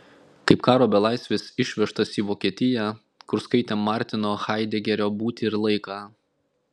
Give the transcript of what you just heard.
kaip karo belaisvis išvežtas į vokietiją kur skaitė martino haidegerio būtį ir laiką